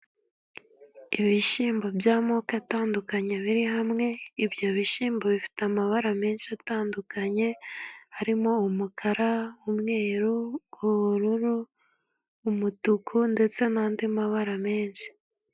Ibishyimbo by'amoko atandukanye biri hamwe. Ibyo bishyimbo bifite amabara menshi atandukanye harimo: umukara, umweru, ubururu, umutuku ndetse n'andi mabara menshi.